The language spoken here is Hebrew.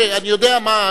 אני יודע מה,